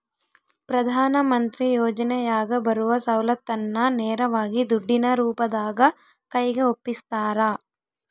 ಪ್ರಧಾನ ಮಂತ್ರಿ ಯೋಜನೆಯಾಗ ಬರುವ ಸೌಲತ್ತನ್ನ ನೇರವಾಗಿ ದುಡ್ಡಿನ ರೂಪದಾಗ ಕೈಗೆ ಒಪ್ಪಿಸ್ತಾರ?